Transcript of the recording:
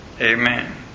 Amen